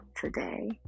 today